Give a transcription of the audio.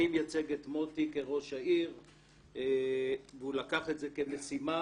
אני מייצג את מוטי כראש העיר והוא לקח את זה כמשימה